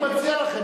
אני מציע לכם,